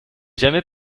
jamais